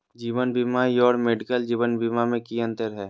जीवन बीमा और मेडिकल जीवन बीमा में की अंतर है?